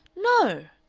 no!